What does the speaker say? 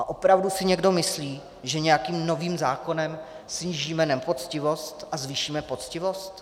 Opravdu si někdo myslí, že nějakým novým zákonem snížíme nepoctivost a zvýšíme poctivost?